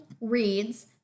reads